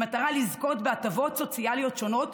במטרה לזכות בהטבות סוציאליות שונות,